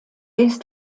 ist